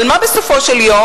אבל מה בסופו של דבר?